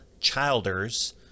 childers